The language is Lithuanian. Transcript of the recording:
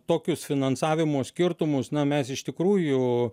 tokius finansavimo skirtumus na mes iš tikrųjų